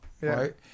right